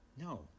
No